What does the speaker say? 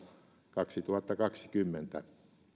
kaksituhattakaksikymmentä